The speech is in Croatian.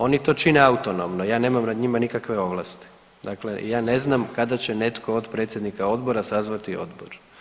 Oni to čine autonomno, ja ne nemam nad njima nikakve ovlasti, dakle ja ne znam kada će netko od predsjednika odbora sazvati odbor.